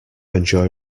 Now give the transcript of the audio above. enjoy